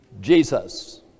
Jesus